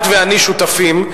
את ואני שותפים,